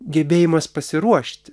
gebėjimas pasiruošti